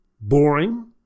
Boring